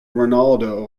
ronaldo